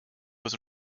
was